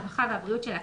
הרווחה והבריאות של הכנסת,